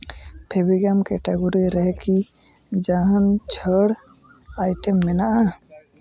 Fevigum category ᱨᱮᱠᱤ ᱡᱟᱦᱟᱱ ᱪᱷᱟᱹᱲ ᱟᱭᱴᱮᱢ ᱢᱮᱱᱟᱜᱼᱟ